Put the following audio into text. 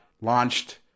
launched